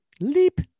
leap